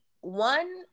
one